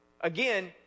again